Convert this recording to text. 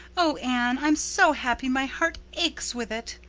oh, anne, i'm so happy my heart aches with it.